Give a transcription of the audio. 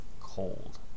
cold